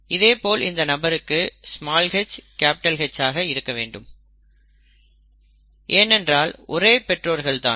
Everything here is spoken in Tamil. இதேபோல் இந்த நபருக்கும் hH ஆக இருக்க வேண்டும் ஏனென்றால் ஒரே பெற்றோர்கள் தான்